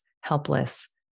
helpless